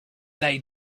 they